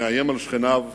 מאיים על שכניו,